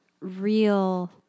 real